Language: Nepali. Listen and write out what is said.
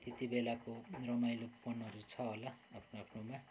त्यति बेलाको रमाइलोपनहरू छ होला आफ्नै आफ्नैमा